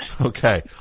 Okay